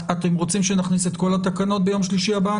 אתם רוצים שנכניס את כל התקנות ביום שלישי הבא?